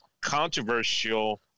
controversial